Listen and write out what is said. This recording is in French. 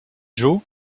joe